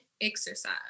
exercise